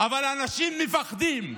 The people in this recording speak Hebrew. אבל אנשים מפחדים.